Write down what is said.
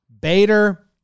Bader